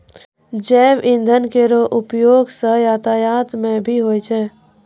जैव इंधन केरो उपयोग सँ यातायात म भी होय छै